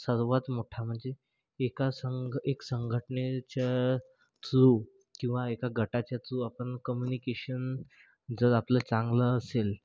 सर्वात मोठ्ठा म्हणजे एका संघ एक संघटनेच्या थ्रू किंवा एका गटाच्या थ्रू आपण कम्युनिकेशन जर आपलं चांगलं असेल